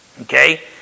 okay